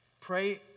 Pray